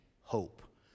Hope